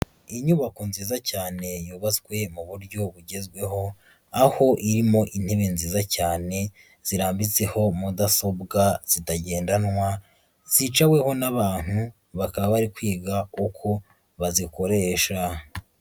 Inyubako nziza cyane yubatswe mu buryo bugezweho, aho irimo intebe nziza cyane zirambitseho mudasobwa zitagendanwa, zicaweho n'abantu bakaba bari kwiga uko bazikoresha.